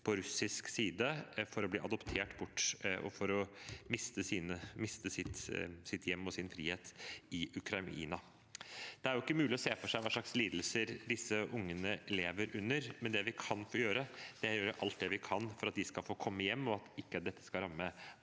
på russisk side, for å bli adoptert bort og for å miste sitt hjem og sin frihet i Ukraina. Det er ikke mulig å se for seg hva slags lidelser disse ungene lever under, men det vi kan gjøre, er å gjøre alt vi kan for at de skal få komme hjem, og for at dette ikke skal ramme